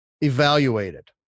evaluated